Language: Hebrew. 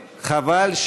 חבל,